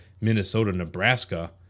Minnesota-Nebraska